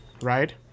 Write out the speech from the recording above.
right